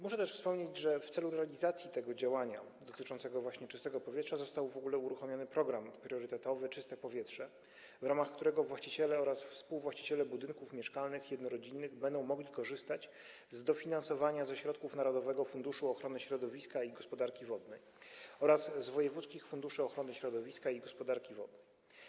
Muszę też wspomnieć, że w celu realizacji tego działania, dotyczącego właśnie czystego powietrza, został uruchomiony program priorytetowy „Czyste powietrze”, w ramach którego właściciele oraz współwłaściciele jednorodzinnych budynków mieszkalnych będą mogli korzystać z dofinansowania ze środków Narodowego Funduszu Ochrony Środowiska i Gospodarki Wodnej oraz wojewódzkich funduszy ochrony środowiska i gospodarki wodnej.